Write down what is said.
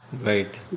Right